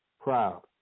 proud